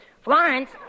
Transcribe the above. Florence